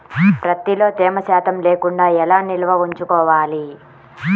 ప్రత్తిలో తేమ శాతం లేకుండా ఎలా నిల్వ ఉంచుకోవాలి?